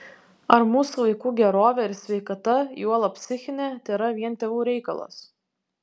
ar mūsų vaikų gerovė ir sveikata juolab psichinė tėra vien tėvų reikalas